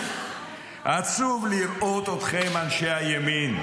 עצוב לראות אתכם, אנשי הימין.